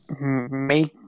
make